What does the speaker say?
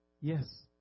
Yes